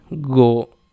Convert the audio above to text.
go